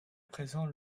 présent